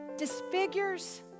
disfigures